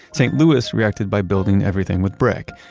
st. louis reacted by building everything with brick.